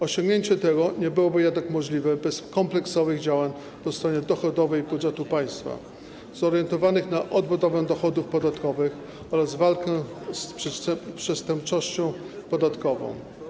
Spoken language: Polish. Osiągnięcie tego nie byłoby jednak możliwe bez kompleksowych działań po stronie dochodowej budżetu państwa, zorientowanych na odbudowę dochodów podatkowych oraz walkę z przestępczością podatkową.